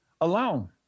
alone